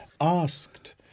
asked